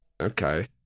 Okay